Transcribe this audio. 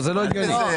זה לא הגיוני.